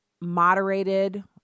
moderated